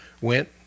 went